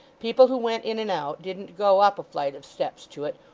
people who went in and out didn't go up a flight of steps to it,